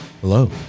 Hello